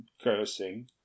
cursing